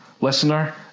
listener